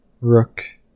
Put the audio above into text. Rook